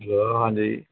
hello ਹਾਂਜੀ